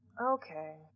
Okay